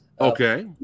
Okay